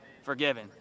forgiven